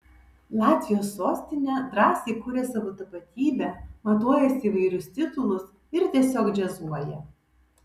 latvijos sostinė drąsiai kuria savo tapatybę matuojasi įvairius titulus ir tiesiog džiazuoja